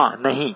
हाँ नही